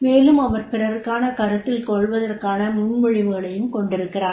மேலும் அவர் பிறருக்கான கருத்தில் கொள்வதற்கான முன்மொழிவுகளையும் கொண்டிருக்கிறார்